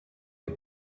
les